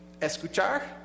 escuchar